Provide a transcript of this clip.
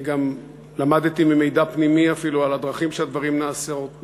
אני גם למדתי ממידע פנימי אפילו על הדרכים שבהן הדברים נעשים,